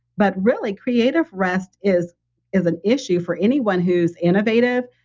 but really, creative rest is is an issue for anyone who's innovative,